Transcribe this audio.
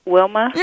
Wilma